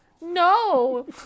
No